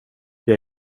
jag